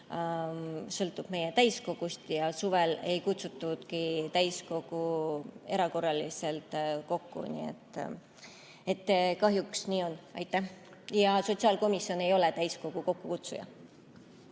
sõltub meie täiskogust, aga suvel ei kutsutudki täiskogu erakorraliselt kokku. Kahjuks nii on. Ja sotsiaalkomisjon ei ole täiskogu kokkukutsuja.